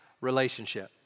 relationship